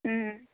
ꯎꯝ